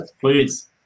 please